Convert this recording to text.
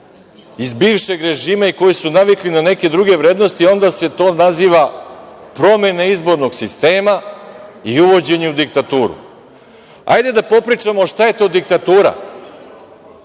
iz bivšeg režima i koji su navikli na neke druge vrednosti onda se to naziva promene izbornog sistema i uvođenje u diktaturu. Ajde da popričamo šta je to diktatura.